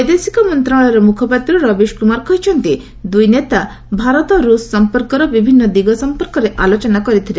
ବୈଦେଶିକ ମନ୍ତ୍ରଣାଳୟର ମୁଖପାତ୍ର ରବିଶ୍କୁମାର କହିଛନ୍ତି ଯେ ଦୁଇ ନେତା ଭାରତ ରୁଷ୍ ସଂପର୍କର ବିଭିନ୍ନ ଦିଗ ସଂପର୍କରେ ଆଲୋଚନା କରିଥିଲେ